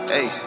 Hey